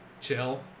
chill